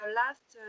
last